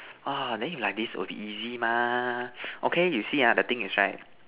!wah! then you like this will be easy mah okay you see ah the thing is right